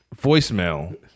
voicemail